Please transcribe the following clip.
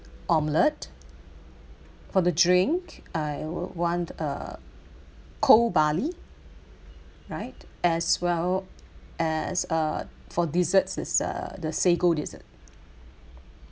omelette for the drink I would want a cold barley right as well as uh for desserts is uh the sago dessert